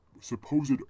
supposed